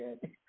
good